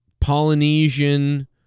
Polynesian